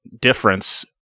difference